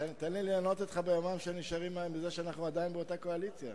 תן לי ליהנות אתך ביומיים שאנחנו עדיין באותה קואליציה.